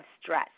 stress